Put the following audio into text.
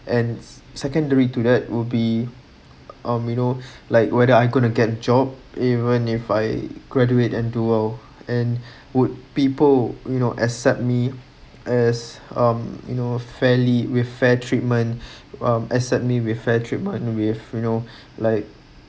and secondary to that will be um we know like whether I couldn't’t to get job even if I graduate and do well and would people you know accept me as um you know fairly with fair treatment um accept me with fair treatment with you know like